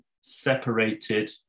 separated